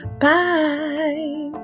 Bye